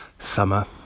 summer